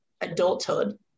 adulthood